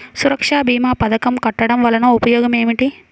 సురక్ష భీమా పథకం కట్టడం వలన ఉపయోగం ఏమిటి?